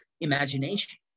imagination